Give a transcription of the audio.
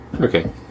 Okay